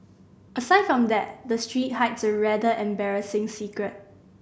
aside from that the street hides a rather embarrassing secret